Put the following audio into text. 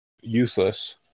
useless